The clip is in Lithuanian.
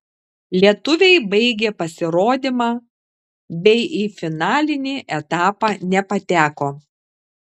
lietuviai baigė pasirodymą bei į finalinį etapą nepateko